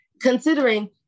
considering